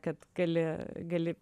kad kad gali gali